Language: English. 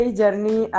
journey